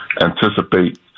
anticipate